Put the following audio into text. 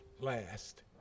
last